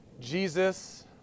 Jesus